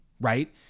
right